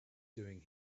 doing